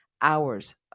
hours